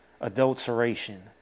adulteration